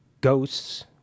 Ghosts